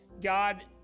God